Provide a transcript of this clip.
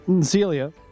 Celia